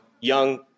young